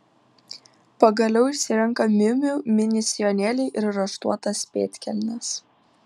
pagaliau išsirenka miu miu mini sijonėlį ir raštuotas pėdkelnes